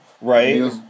Right